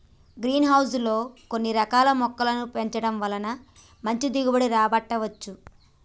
green house లో కొన్ని రకాల మొక్కలను పెంచడం వలన మంచి దిగుబడి రాబట్టవచ్చు